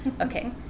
Okay